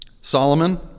Solomon